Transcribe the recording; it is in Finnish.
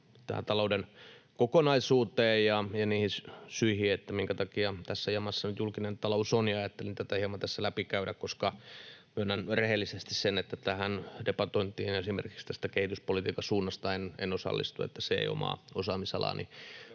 vielä talouden kokonaisuuteen ja niihin syihin, minkä takia tässä jamassa nyt julkinen talous on, ja ajattelin tätä hieman tässä läpi käydä, koska myönnän rehellisesti, että tähän debatointiin esimerkiksi kehityspolitiikan suunnasta en osallistu, koska se ei omaa osaamisalaani